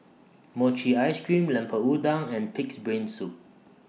Mochi Ice Cream Lemper Udang and Pig'S Brain Soup